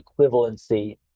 equivalency